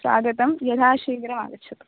स्वागतं यथा शीघ्रमागच्छतु